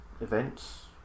events